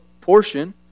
portion